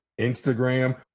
instagram